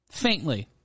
Faintly